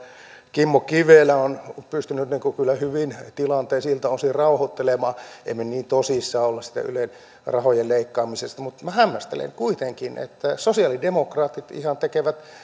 kimmo kivelä ovat pystyneet kyllä hyvin tilanteen siltä osin rauhoittelemaan emme me niin tosissamme ole siitä ylen rahojen leikkaamisesta mutta minä hämmästelen kuitenkin että sosialidemokraatit ihan tekevät